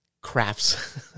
Crafts